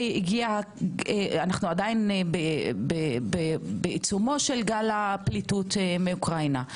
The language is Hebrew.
אנו עדיין בעיצומו של גל הפליטות מאוקראינה.